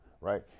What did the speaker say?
right